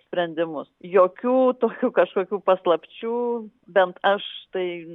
sprendimus jokių tokių kažkokių paslapčių bent aš tai